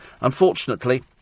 Unfortunately